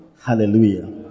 Hallelujah